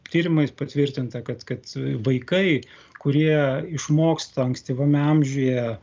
tyrimais patvirtinta kad kad vaikai kurie išmoksta ankstyvame amžiuje